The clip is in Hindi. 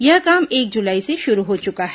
यह काम एक जुलाई से शुरू हो चुका है